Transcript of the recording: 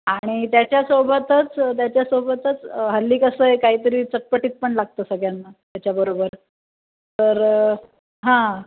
आणि त्याच्यासोबतच त्याच्यासोबतच हल्ली कसं आहे काहीतरी चटपटीत पण लागतं सगळ्यांना त्याच्याबरोबर तर हां